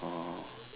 oh